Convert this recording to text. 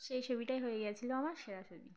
সেই ছবিটাই হয়ে গিয়েছিল আমার সেরা ছবি